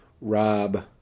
Rob